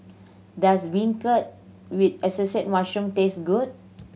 does beancurd with assorted mushroom taste good